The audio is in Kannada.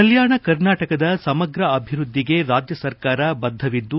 ಕಲ್ಕಾಣ ಕರ್ನಾಟಕದ ಸಮಗ್ರ ಅಭಿವೃದ್ದಿಗೆ ರಾಜ್ಯ ಸರ್ಕಾರ ಬದ್ದವಿದ್ದು